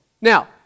Now